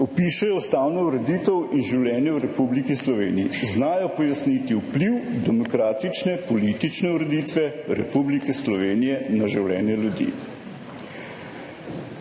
Opišejo ustavno ureditev in življenje v Republiki Sloveniji. Znajo pojasniti vpliv demokratične politične ureditve Republike Slovenije na življenje ljudi.«